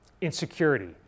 insecurity